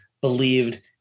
believed